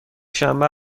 شنبه